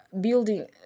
building